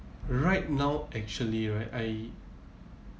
right now actually right I